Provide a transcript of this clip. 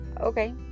Okay